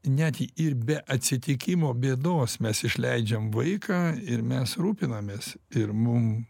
net ir be atsitikimo bėdos mes išleidžiam vaiką ir mes rūpinamės ir mum